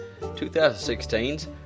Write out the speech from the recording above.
2016's